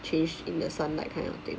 change in the sunlight kind of thing